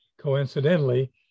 coincidentally